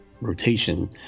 rotation